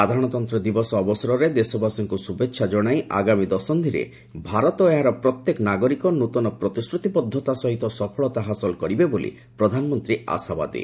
ସାଧାରଣତନ୍ତ୍ର ଦିବସ ଅବସରରେ ଦେଶବାସୀଙ୍କୁ ଶୁଭେଚ୍ଛା ଜଣାଇ ଆଗାମୀ ଦଶନ୍ଧିରେ ଭାରତ ଓ ଏହାର ପ୍ରତ୍ୟେକ ନାଗରିକ ନୂତନ ପ୍ରତିଶ୍ରତିବଦ୍ଧତା ସହିତ ସଫଳତା ହାସଲ କରିବେ ବୋଲି ସେ ଆଶାବାଦୀ